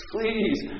Please